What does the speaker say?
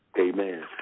Amen